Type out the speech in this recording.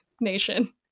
nation